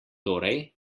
torej